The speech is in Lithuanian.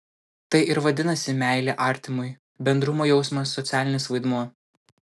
tai ir vadinasi meilė artimui bendrumo jausmas socialinis vaidmuo